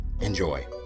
Enjoy